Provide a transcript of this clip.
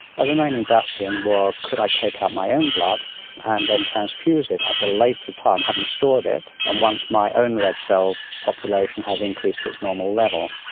ah the remaining bastion was could i take out my own blood and then transfuse it at a later time having stored it and once my own red-cell population has increased to its normal level.